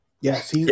Yes